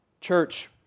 Church